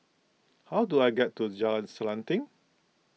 how do I get to Jalan Selanting